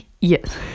yes